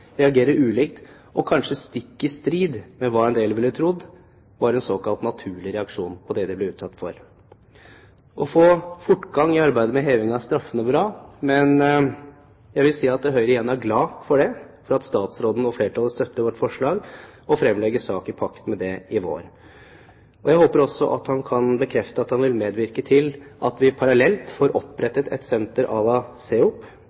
reagerer ulikt og kanskje stikk i strid med hva en del ville trodd var en såkalt naturlig reaksjon på det de ble utsatt for. Å få fortgang i arbeidet med heving av straffene er bra, men jeg vil igjen si at Høyre er glad for at statsråden og flertallet støtter vårt forslag og fremlegger sak i pakt med det i vår. Jeg håper også at han kan bekrefte at han vil medvirke til at vi parallelt får